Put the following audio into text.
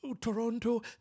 Toronto